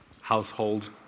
household